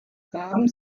graben